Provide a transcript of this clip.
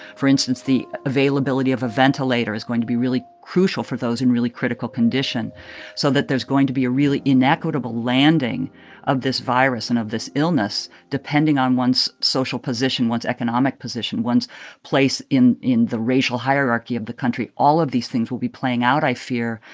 for instance, the availability of a ventilator is going to be really crucial for those in really critical condition so that there's going to be a really inequitable landing of this virus and of this illness depending on one's social position, one's economic position, one's place in in the racial hierarchy of the country. all of these things will be playing out, i fear,